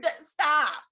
Stop